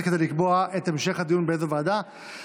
כדי לקבוע באיזה ועדה יהיה המשך הדיון.